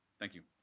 thank you.